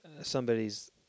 somebody's